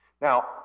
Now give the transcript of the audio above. Now